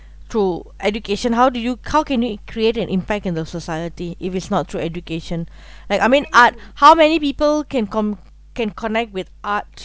through education how do you how can you create an impact in the society if is not through education like I mean art how many people can com~ can connect with art